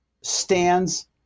stands